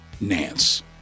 Nance